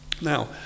Now